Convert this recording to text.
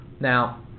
Now